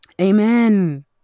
Amen